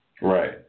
Right